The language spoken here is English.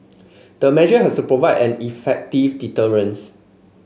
the measure has provide an effective deterrents